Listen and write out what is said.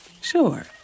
Sure